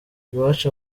iwacu